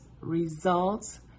results